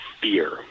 fear